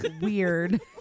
weird